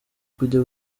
kujya